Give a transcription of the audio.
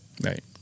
right